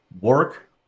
work